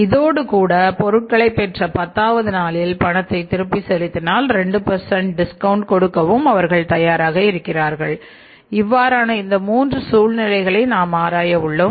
இதோடு கூட பொருட்களை பெற்ற பத்தாவது நாளில் பணத்தை திருப்பி செலுத்தினால் 2 டிஸ்கவுண்ட் கொடுக்கவும் அவர்கள் தயாராக இருக்கிறார்கள் இவ்வாறான இந்த மூன்று சூழ்நிலைகளை நாம் ஆராய உள்ளோம்